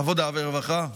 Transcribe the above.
עבודה ורווחה.